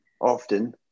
often